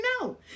No